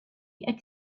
qed